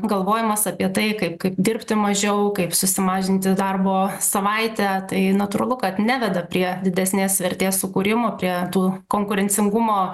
galvojimas apie tai kaip kaip dirbti mažiau kaip susimažinti darbo savaitę tai natūralu kad neveda prie didesnės vertės sukūrimo prie tų konkurencingumo